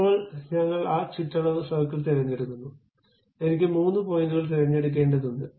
ഇപ്പോൾ ഞങ്ങൾ ആ ചുറ്റളവ് സർക്കിൾ തിരഞ്ഞെടുക്കുന്നു എനിക്ക് മൂന്ന് പോയിന്റുകൾ തിരഞ്ഞെടുക്കേണ്ടതുണ്ട്